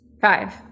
Five